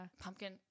Pumpkin